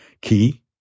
key